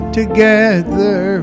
together